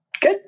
good